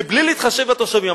בלי להתחשב בתושבים.